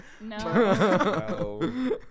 No